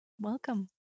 Welcome